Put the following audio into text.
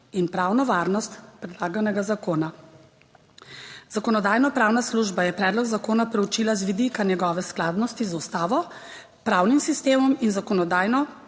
in pravno varnost predlaganega zakona. Zakonodajno-pravna služba je predlog zakona proučila z vidika njegove skladnosti z Ustavo, pravnim sistemom in zakonodajno-tehničnimi